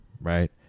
right